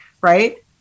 right